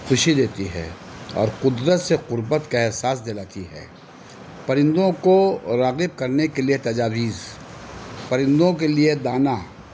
خوشی دیتی ہے اور قدرت سے قربت کا احساس دلاتی ہے پرندوں کو راغب کرنے کے لیے تجاویز پرندوں کے لیے دانہ